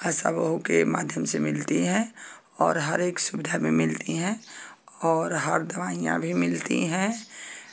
आशा बहू के माध्यम से मिलती है और हर एक सुविधा में मिलती हैं और हर दवाइयाँ भी मिलती हैं